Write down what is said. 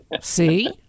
See